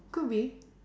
could be